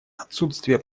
отсутствия